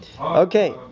Okay